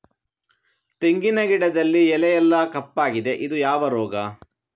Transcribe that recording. ತೆಂಗಿನ ಗಿಡದಲ್ಲಿ ಎಲೆ ಎಲ್ಲಾ ಕಪ್ಪಾಗಿದೆ ಇದು ಯಾವ ರೋಗ?